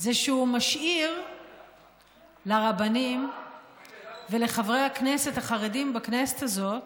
זה שהוא משאיר לרבנים ולחברי הכנסת החרדים בכנסת הזאת,